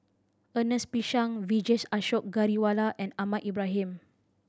Ernest P Shank Vijesh Ashok Ghariwala and Ahmad Ibrahim